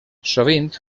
sovint